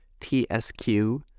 TSQ